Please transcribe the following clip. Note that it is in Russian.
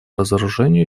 разоружению